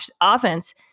offense